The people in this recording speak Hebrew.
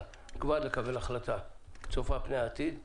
לקבל החלטה צופה פני עתיד ל-2021,